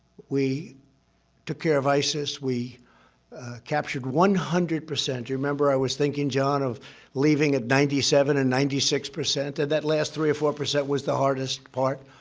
we took care of isis. we captured one hundred percent. do you remember i was thinking, john, of leaving at ninety seven and ninety six percent? and that last three or four percent was the hardest part.